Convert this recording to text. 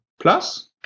Plus